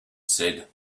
said